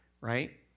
Right